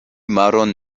maron